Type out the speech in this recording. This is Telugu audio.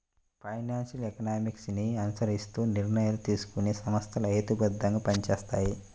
ఫైనాన్షియల్ ఎకనామిక్స్ ని అనుసరిస్తూ నిర్ణయాలు తీసుకునే సంస్థలు హేతుబద్ధంగా పనిచేస్తాయి